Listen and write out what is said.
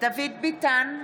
דוד ביטן,